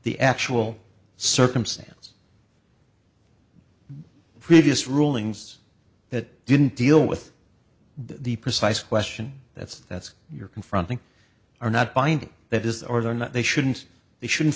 the actual circumstance previous rulings that didn't deal with the precise question that's that's your confronting are not binding that is are there not they shouldn't they shouldn't